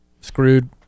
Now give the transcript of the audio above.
Screwed